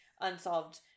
unsolved